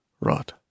Rot